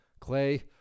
Clay